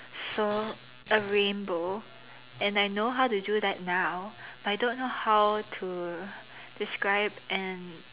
so a rainbow and I know how to do that now but I don't know how to describe an